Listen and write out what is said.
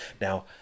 now